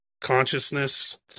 consciousness